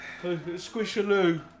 Squishaloo